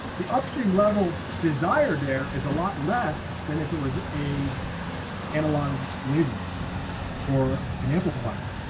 the upstream level desired. there is a lot less than if it was a analog laser or or an amplifier.